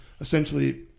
essentially